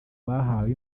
bahawe